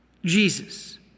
Jesus